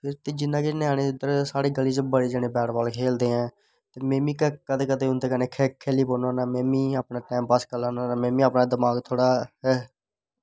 जिन्ने एह् न्याने न साढ़ी गली च खेढदे बैट बॉल ऐ ते में बी कदें कदें उंदे कन्नै खेढी पौन्ना होन्ना ते में बी कदें कदें में बी बड़ी मुश्कला कन्नै दमाग अपना थोह्ड़ा